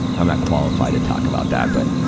i'm not qualified to talk about that. but,